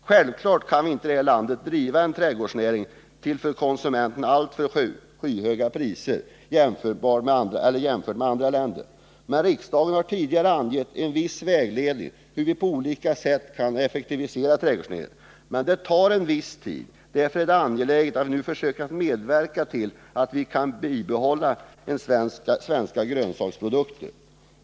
Självfallet kan vi inte här i landet driva en trädgårdsnäring till för konsumenterna alltför skyhöga priser i jämförelse med priserna i andra länder. Men riksdagen har tidigare angett en viss vägledning för hur vi på olika sätt kan effektivisera trädgårdsnäringen. Det tar emellertid en viss tid. Därför är det angeläget att vi nu försöker medverka till att man kan behålla svenska grönsaksprodukter.